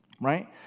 Right